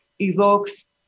evokes